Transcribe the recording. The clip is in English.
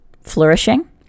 flourishing